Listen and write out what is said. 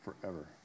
forever